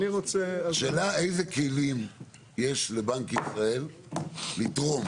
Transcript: השאלה איזה כלים יש לבנק ישראל לתרום